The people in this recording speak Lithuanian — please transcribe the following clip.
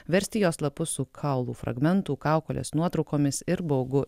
versti jos lapus su kaulų fragmentų kaukolės nuotraukomis ir baugu